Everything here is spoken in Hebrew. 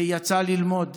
והיא יצאה ללמוד